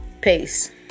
Peace